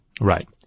Right